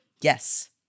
yes